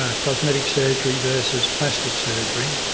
ah cosmetic surgery versus plastic surgery,